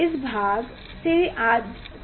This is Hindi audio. इस भाग से त्रुटि आधी है